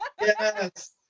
Yes